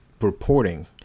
reporting